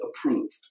approved